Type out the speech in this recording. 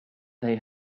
they